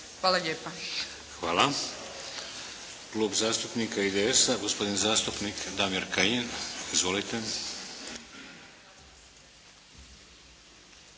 (HDZ)** Hvala. Klub zastupnika IDS-a gospodin zastupnik Damir Kajin. Izvolite.